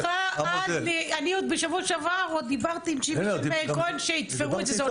בשבוע שעבר דיברתי --- שיתפרו את זה,